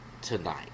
tonight